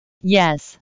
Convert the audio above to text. yes